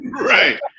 Right